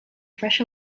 fresh